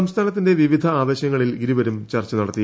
സംസ്ഥാനത്തിന്റെ വിവിധ ആവശ്യങ്ങളിൽ ഇരുവരും ചർച്ച നടത്തി